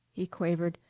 he quavered.